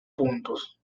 puntos